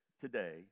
today